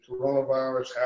coronavirus